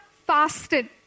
Fasted